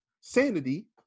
sanity